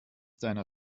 deiner